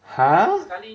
!huh!